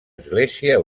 església